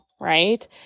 right